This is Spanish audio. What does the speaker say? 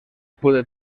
puede